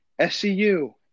SCU